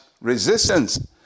resistance